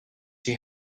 she